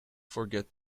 forget